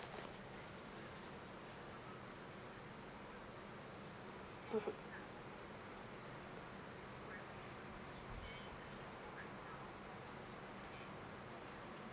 mmhmm